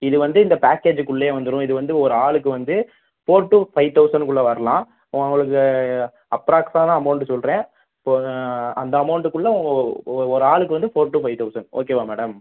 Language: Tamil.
இது வந்து இந்த பேக்கேஜுக்குள்ளேயே வந்துடும் இது வந்து ஒரு ஆளுக்கு வந்து ஃபோர் டு ஃபைவ் தௌசண்ட்க்குள்ள வரலாம் உங்களுக்கு அப்ராக்ஸாதான் அமௌண்ட்டு சொல்கிறேன் இப்போ அந்த அமௌண்ட்டுக்குள்ளே ஓ ஒரு ஆளுக்கு வந்து ஃபோர் டு ஃபைவ் தௌசண்ட் ஓகேவா மேடம்